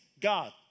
God